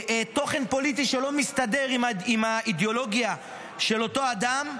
תוכן פוליטי שלא מסתדר עם האידיאולוגיה של אותו אדם,